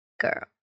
girl